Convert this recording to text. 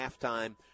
halftime